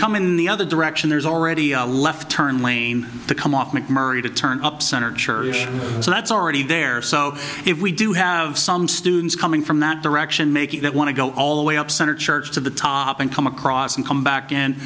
come in the other direction there's already a left turn lane to come off mcmurry to turn up center church so that's already there so if we do have some students coming from that direction making that want to go all the way up center church to the top and come across and come back and